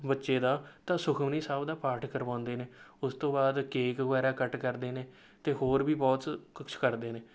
ਬੱਚੇ ਦਾ ਤਾਂ ਸੁਖਮਨੀ ਸਾਹਿਬ ਦਾ ਪਾਠ ਕਰਵਾਉਂਦੇ ਨੇ ਉਸ ਤੋਂ ਬਾਅਦ ਕੇਕ ਵਗੈਰਾ ਕੱਟ ਕਰਦੇ ਨੇ ਅਤੇ ਹੋਰ ਵੀ ਬਹੁਤ ਕੁਝ ਕਰਦੇ ਨੇ